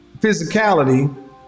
physicality